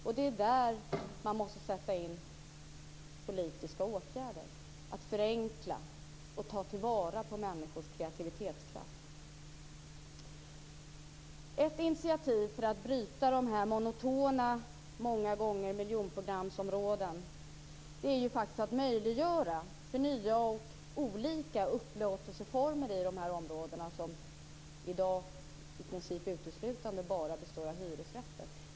Och det är där som man måste vidta politiska åtgärder, att förenkla och ta till vara människors kreativitetskraft. Ett initiativ för att bryta dessa många gånger monotona miljonprogramsområden är faktiskt att möjliggöra för nya och olika upplåtelseformer i dessa områden som i dag i princip uteslutande består av hyresrätter.